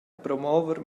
promover